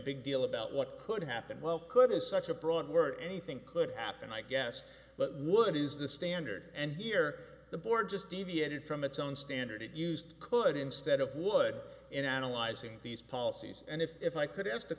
big deal about what could happen well could is such a broad word anything could happen i guess but would is the standard and here the board just deviated from its own standard it used could instead of would in analyzing these policies and if i could ask the